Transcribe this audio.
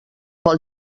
pel